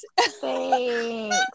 Thanks